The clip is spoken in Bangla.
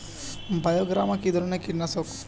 বায়োগ্রামা কিধরনের কীটনাশক?